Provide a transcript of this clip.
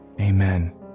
amen